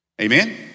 amen